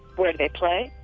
where do they play?